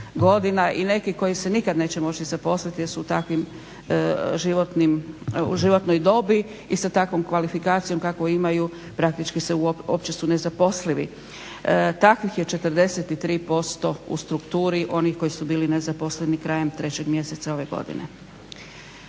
i neki koji se nikad neće moći zaposliti jer su u takvoj životnoj dobi i sa takvom kvalifikacijom kakvu imaju praktički uopće su nezaposlivi, takvih je 43% u strukturi onih koji su bili nezaposleni krajem 3. mjeseca ove godine.